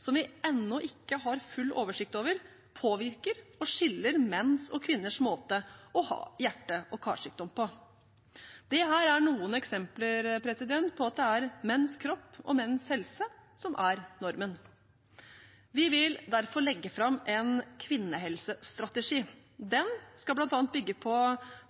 som vi ennå ikke har full oversikt over, påvirker og skiller menns og kvinners måte å ha hjerte- og karsykdom på. Dette er noen eksempler på at det er menns kropp og menns helse som er normen. Vi vil derfor legge fram en kvinnehelsestrategi. Den skal bl.a. bygge på